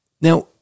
Now